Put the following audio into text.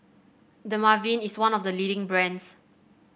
Dermaveen is one of the leading brands